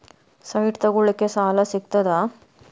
Site ತಗೋಳಿಕ್ಕೆ ಸಾಲಾ ಸಿಗ್ತದಾ?